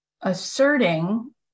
Asserting